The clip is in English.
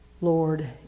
Lord